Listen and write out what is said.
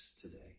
today